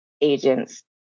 agents